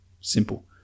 Simple